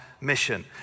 mission